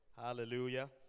Hallelujah